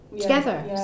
together